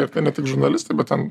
ir tai ne tik žurnalistai bet ten